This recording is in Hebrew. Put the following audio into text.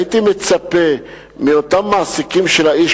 הייתי מצפה מאותם מעסיקים של האיש,